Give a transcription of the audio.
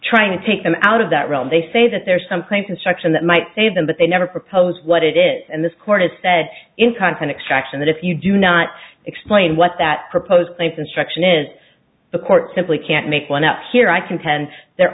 trying to take them out of that realm they say that there's someplace instruction that might save them but they never propose what it is and this court has said in content extraction that if you do not explain what that proposed place instruction is the court simply can't make one up here i contend there